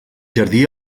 jardí